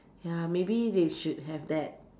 ya maybe they should have that